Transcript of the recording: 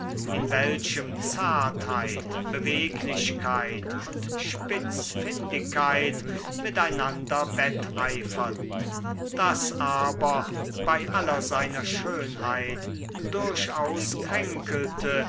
in welchem zartheit beweglichkeit und spitzfindigkeit mit einander wetteiferten das aber bei aller seiner schönheit durchaus kränkelte